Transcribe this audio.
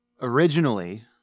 Originally